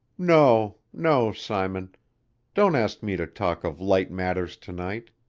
no, no, simon don't ask me to talk of light matters to-night.